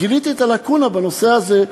גיליתי את הלקונה בנושא הזה,